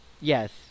Yes